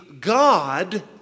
God